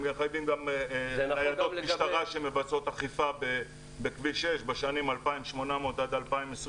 הם מחייבים גם ניידות משטרה שמבצעות אכיפה בכביש 6 בשנים --- עד 2020,